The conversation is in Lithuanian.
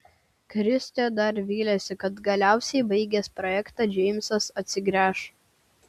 kristė dar vylėsi kad galiausiai baigęs projektą džeimsas atsigręš